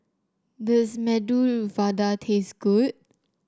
does Medu Vada taste good